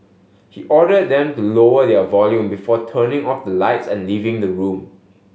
he ordered them to lower their volume before turning off the lights and leaving the room